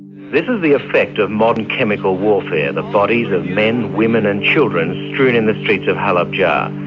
this is the effect of modern chemical warfare, the bodies of men, women and children strewn in the streets of halabja.